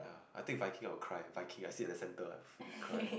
I will Viking I will cry Viking I sit at the center I will freaking cry